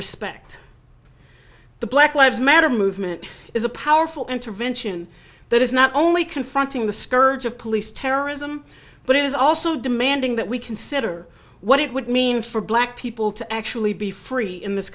respect the black lives matter movement is a powerful intervention that is not only confronting the scourge of police terrorism but it is also demanding that we consider what it would mean for black people to actually be free in this